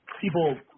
people